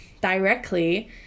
directly